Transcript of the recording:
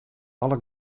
alle